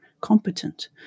competent